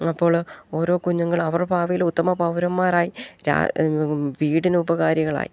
അപ്പോൾ ഓരോ കുഞ്ഞുങ്ങൾ അവരുടെ ഭാവിയിൽ ഉത്തമ പൗരന്മാരായി രാ വീടിനുപകാരികളായി